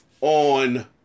on